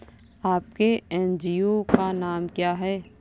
आपके एन.जी.ओ का नाम क्या है?